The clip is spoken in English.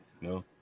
No